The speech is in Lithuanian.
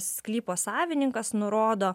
sklypo savininkas nurodo